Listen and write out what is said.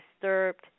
disturbed